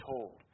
told